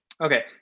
Okay